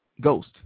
Ghost